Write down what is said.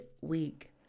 week